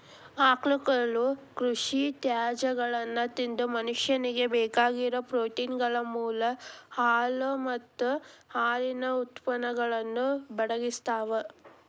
ಆಕಳುಗಳು ಕೃಷಿ ತ್ಯಾಜ್ಯಗಳನ್ನ ತಿಂದು ಮನುಷ್ಯನಿಗೆ ಬೇಕಾಗಿರೋ ಪ್ರೋಟೇನ್ಗಳ ಮೂಲ ಹಾಲು ಮತ್ತ ಹಾಲಿನ ಉತ್ಪನ್ನಗಳನ್ನು ಒದಗಿಸ್ತಾವ